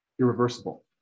irreversible